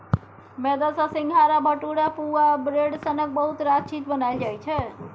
मेदा सँ सिंग्हारा, भटुरा, पुआ आ ब्रेड सनक बहुत रास चीज बनाएल जाइ छै